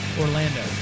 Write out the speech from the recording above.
Orlando